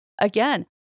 again